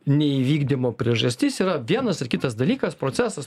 neįvykdymo priežastis yra vienas ar kitas dalykas procesas